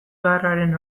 beharraren